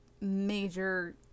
major